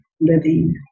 living